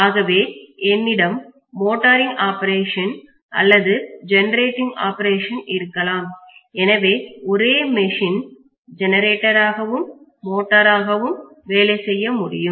ஆகவே என்னிடம் motoring operation அல்லது ஜென ரேட்டிங் ஆப்பரேஷன் இருக்கலாம் எனவே ஒரே மெஷின் ஜெனரேட்டர் ஆகவும் மோட்டார் ஆகவும் வேலை செய்ய முடியும்